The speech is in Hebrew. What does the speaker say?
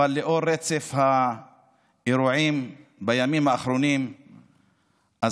אבל לאור רצף האירועים בימים האחרונים אני